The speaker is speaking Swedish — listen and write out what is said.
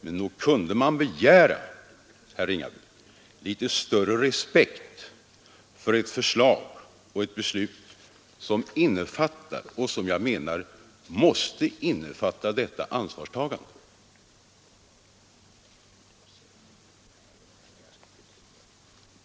Men nog kunde man väl begära, herr Ringaby, litet större respekt för ett förslag och ett beslut som innefattar och som måste innefatta detta ansvarstagande.